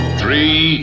three